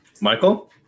Michael